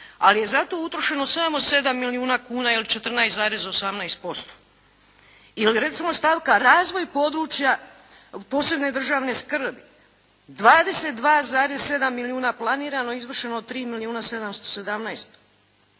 ali je za to utrošeno samo 7 milijuna kuna ili 14,18%. Ili recimo stavka razvoj područja posebne državne skrbi. 22,7 milijuna planirano, izvršeno 3 milijuna 717 tisuća